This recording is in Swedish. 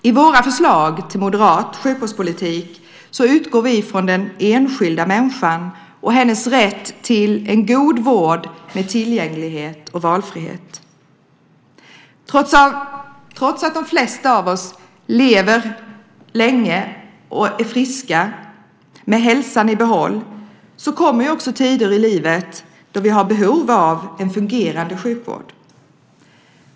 I det moderata förslaget till sjukvårdspolitik utgår vi från den enskilda människan och hennes rätt till en god vård med tillgänglighet och valfrihet. Trots att de flesta av oss lever länge med hälsan i behåll kommer också tider i livet då vi har behov av en fungerande sjukvård.